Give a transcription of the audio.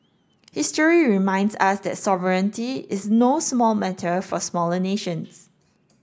history reminds us that sovereignty is no small matter for smaller nations